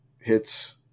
hits